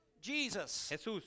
Jesus